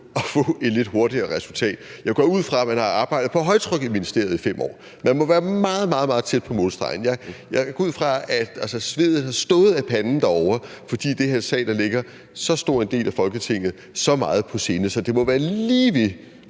at få et lidt hurtigere resultat. Jeg går ud fra, at man har arbejdet på højtryk i ministeriet i 5 år, så man må være meget, meget tæt på målstregen, og jeg går ud fra, at sveden har sprunget dem af panden, fordi det her er en sag, der ligger så stor en del af Folketinget så meget på sinde, at det må være lige ved